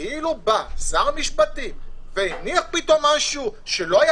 כאילו בא שר המשפטים והניח משהו שלא היה